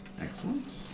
Excellent